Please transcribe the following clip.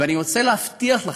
אני רוצה להבטיח לכם,